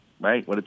right